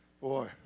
Boy